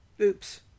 oops